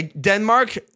Denmark